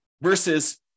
versus